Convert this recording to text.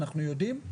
אנחנו יודעים,